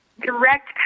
direct